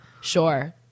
Sure